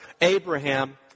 Abraham